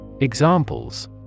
Examples